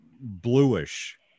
bluish